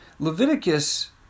Leviticus